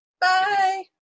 Bye